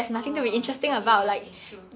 orh okay okay true